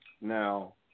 Now